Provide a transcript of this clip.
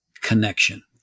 connection